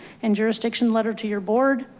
and jurisdiction letter to your board.